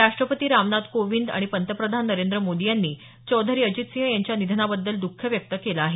राष्ट्रपती रामनाथ कोविंद आणि पंतप्रधान नरेंद्र मोदी यांनी चौधरी अजित सिंह यांच्या निधनाबद्दल द्ख व्यक्त केलं आहे